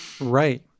right